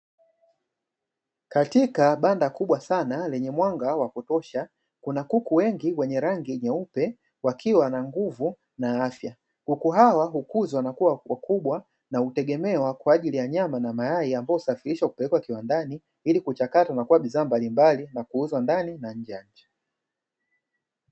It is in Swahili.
Katika banda kubwa sana lenye mwanga wa kutosha kuna kuku wengi wenye rangi nyeupe wakiwa na nguvu na wenye afya, kuku hawa hukuzwa na kuwa wakubwa na hutegemewa kwa ajili ya nyama na mayai ambayo husafirishwa kupelekwa kiwandani ili kuchakatwa na kuwa bidhaa mbalimbali na kuuzwa ndani na nje ya nchi.